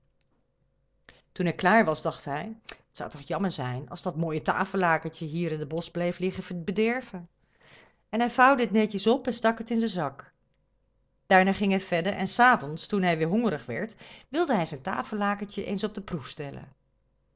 toen hij klaar was dacht hij het zou toch jammer zijn als dat mooie tafellakentje hier in het bosch bleef liggen bederven en hij vouwde het netjes op en stak het in zijn zak daarna ging hij verder en s avonds toen hij weêr hongerig werd wilde hij zijn tafellakentje eens op de proef stellen